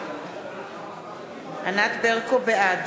בעד